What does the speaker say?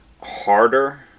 harder